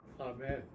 Amen